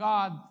God